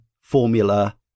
Formula